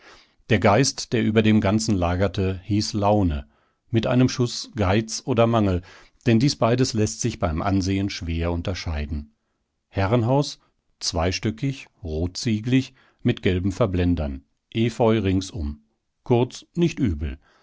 der geist der über dem ganzen lagerte hieß laune mit einem schuß geiz oder mangel denn dies beides läßt sich beim ansehen schwer unterscheiden herrenhaus zweistöckig rotzieglig mit gelben verblendern efeu ringsum kurz nicht übel